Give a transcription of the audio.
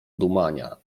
dumania